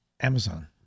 Amazon